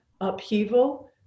upheaval